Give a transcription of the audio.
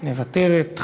מוותרת,